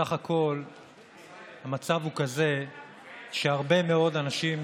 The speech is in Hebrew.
סך הכול המצב הוא כזה שהרבה מאוד אנשים,